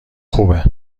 خوبه